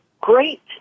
great